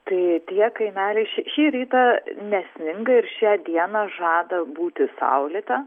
tai tie kaimeliai ši šį rytą nesninga ir šią dieną žada būti saulėta